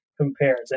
compares